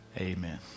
Amen